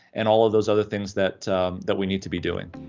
and all of those other things that that we need to be doing.